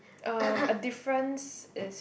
um a difference is